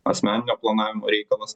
asmeninio planavimo reikalas